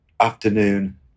afternoon